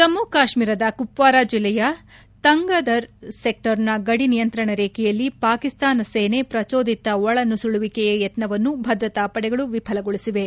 ಜಮ್ಮು ಕಾಶ್ಮೀರದ ಕುಪ್ಲಾರ ಜಿಲ್ಲೆಯ ತಂಗದರ್ ಸೆಕ್ಸರ್ನ ಗದಿ ನಿಯಂತ್ರಣರೇಖೆಯಲ್ಲಿ ಪಾಕಿಸ್ತಾನ ಸೇನೆ ಪ್ರಚೋದಿತ ಒಳನುಸುಳುವಿಕೆ ಯತ್ತವನ್ನು ಭದ್ರತಾ ಪಡೆಗಳು ವಿಫಲಗೊಳಿಸಿವೆ